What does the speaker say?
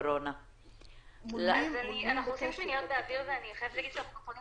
אנחנו נפנה